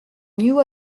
new